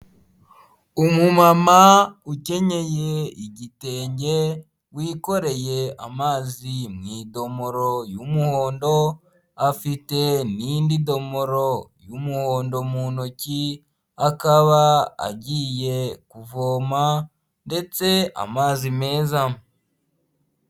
Umumama ukenyeye igitenge wikoreye amazi mu idomoro y'umuhondo, afite n'indi domoro y'umuhondo mu ntoki, akaba agiye kuvoma ndetse amazi meza.